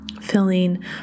filling